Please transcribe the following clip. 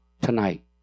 tonight